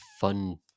fun